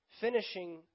Finishing